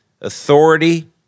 authority